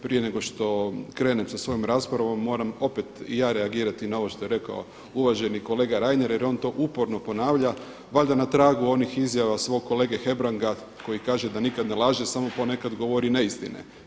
Prije nego što krenem sa svojom raspravom moram opet i ja reagirati na ovo što je rekao uvaženi kolega Reiner jer on to uporno ponavlja valjda na tragu onih izjava svog kolege Hebranga koji kaže da nikad ne laže, samo ponekad govorii neistine.